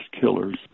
killers